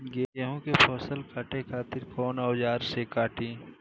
गेहूं के फसल काटे खातिर कोवन औजार से कटी?